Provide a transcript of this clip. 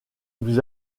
vous